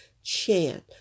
chant